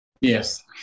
Yes